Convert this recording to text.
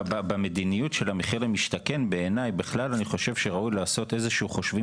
במדיניות של המחיר למשתכן בעיניי בכלל אני חושב שראוי לעשות חושבים